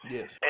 Yes